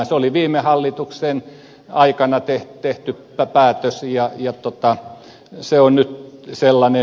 se oli viime hallituksen aikana tehty päätös ja se on nyt sellainen